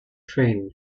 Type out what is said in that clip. train